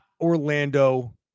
Orlando